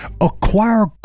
Acquire